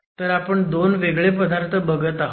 तर आपण दोन वेगळे पदार्थ बघत आहोत